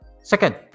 Second